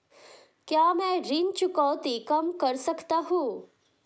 क्या मैं ऋण चुकौती कम कर सकता हूँ?